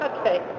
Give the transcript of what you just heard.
Okay